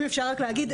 אם אפשר רק להגיד,